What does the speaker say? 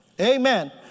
Amen